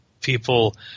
people